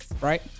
right